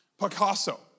Picasso